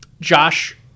Josh